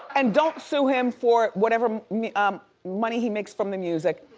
and don't sue him for whatever money he makes from the music.